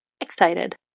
excited